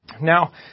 Now